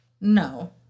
No